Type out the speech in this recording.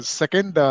second